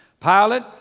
Pilate